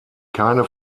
keine